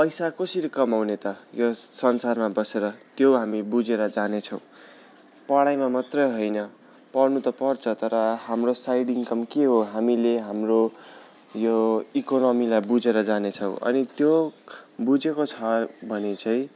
पैसा कसरी कमाउने त यो संसारमा बसेर त्यो हामीले बुझेर जानेछौँ पढाइमा मात्रै होइन पढ्नु त पढ्छ तर हाम्रो साइड इन्कम के हो हामीले हाम्रो यो इकोनोमीलाई बुझेर जानेछौँ अनि त्यो बुझेको छ भने चाहिँ